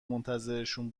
منتظرشون